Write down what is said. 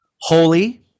holy